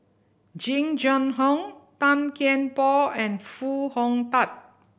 Jing Jun Hong Tan Kian Por and Foo Hong Tatt